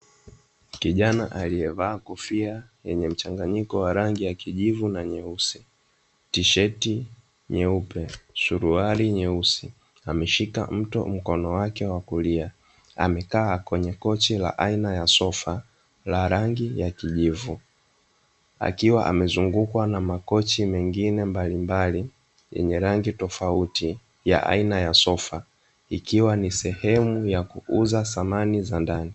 Kijana aliyevaa kofia yenye mchangayiko wa rangi ya kijivu na nyeusi, tisheti nyeupe, suruali nyeusi ameshika mto mkono wake wa kulia amekaa kwenye kochi aina ya sofa la rangi ya kijivu akiwa amezungukwa na makochi mengine mbalimbali yenye rangi tofauti ya aina ya sofa ikiwa ni sehemu ya kuuza samani za ndani.